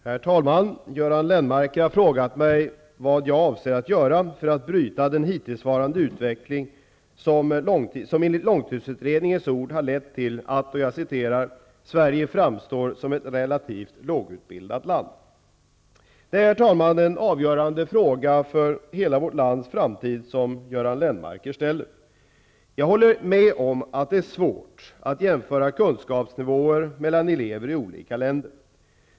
Herr talman! Göran Lennmarker har frågat mig vad jag avser att göra för att bryta den hittillsvarande utvecklingen som med långtidsutredningens ord lett till att ''Sverige framstår som ett relativt lågutbildat land''. Det är en avgörande fråga för hela vårt lands framtid som Göran Lennmarker ställer. Jag håller med om att det är svårt att jämföra kunskapsnivåer mellan elever i olika länder.